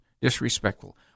disrespectful